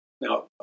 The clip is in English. Now